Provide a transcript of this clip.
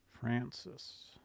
francis